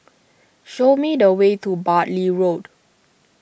show me the way to Bartley Road